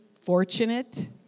fortunate